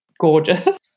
gorgeous